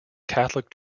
catholic